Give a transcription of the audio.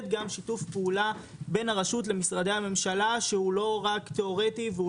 גם שיתוף פעולה בין הרשות למשרדי הממשלה שהוא לא רק תיאורטי והוא